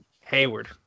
Hayward